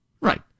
Right